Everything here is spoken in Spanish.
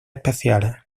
especiales